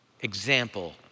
example